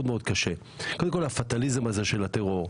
קודם כל, הפטליזם הזה של הטרור.